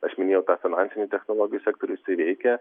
aš minėjau tą finansinių technologijų sektorių jisai veikia